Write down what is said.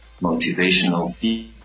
motivational